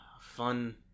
fun